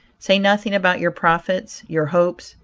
say nothing about your profits, your hopes,